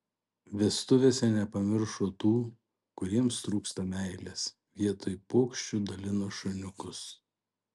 vestuvėse nepamiršo tų kuriems trūksta meilės vietoj puokščių dalino šuniukus